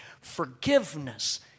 forgiveness